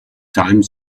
time